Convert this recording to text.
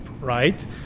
right